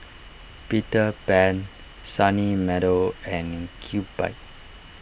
Peter Pan Sunny Meadow and Kewpie